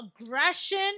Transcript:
aggression